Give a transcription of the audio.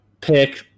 pick